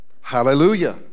hallelujah